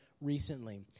recently